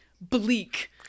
Bleak